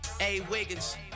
A-Wiggins